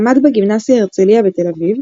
למד בגימנסיה הרצליה בתל אביב,